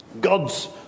God's